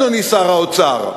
אדוני שר האוצר,